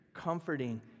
comforting